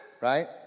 Right